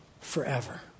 forever